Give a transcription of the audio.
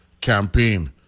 campaign